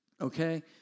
okay